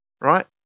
right